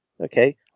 okay